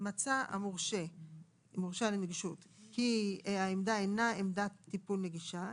מצא המורשה כי העמדה אינה עמדת טיפול נגישה,